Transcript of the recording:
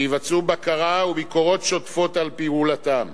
שיבצעו בקרה וביקורות שוטפות על פעולתם.